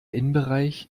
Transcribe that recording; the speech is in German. innenbereich